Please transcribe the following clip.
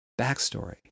Backstory